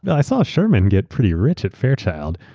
i saw sherman get pretty rich at fairchild,